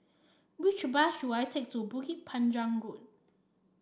which bus should I take to Bukit Panjang Road